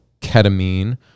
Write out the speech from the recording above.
ketamine